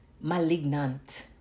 malignant